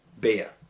beer